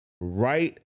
right